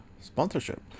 sponsorship